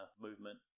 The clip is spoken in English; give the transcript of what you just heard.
movement